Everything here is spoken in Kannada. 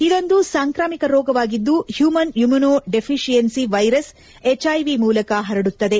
ಇದೊಂದು ಸಾಂಕ್ರಾಮಿಕ ರೋಗವಾಗಿದ್ದು human immunodeficiency virus HIV ಮೂಲಕ ಪರಡುತ್ತದೆ